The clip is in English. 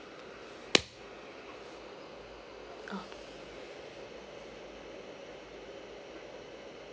okay